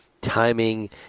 timing